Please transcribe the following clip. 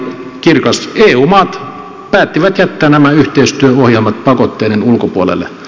eu maat päättivät jättää nämä yhteistyöohjelmat pakotteiden ulkopuolelle